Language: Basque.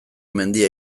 mendia